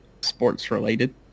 sports-related